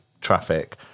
traffic